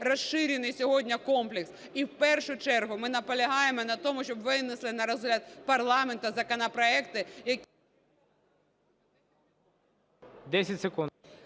розширений сьогодні комплекс. І в першу чергу ми наполягаємо на тому, щоб винесли на розгляд парламенту законопроекти… ГОЛОВУЮЧИЙ. 10 секунд.